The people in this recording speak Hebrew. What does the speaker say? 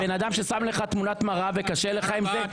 אני בן אדם ששם לך תמונת מראה וקשה לך עם זה,